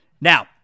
Now